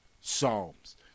Psalms